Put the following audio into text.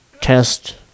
test